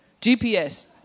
GPS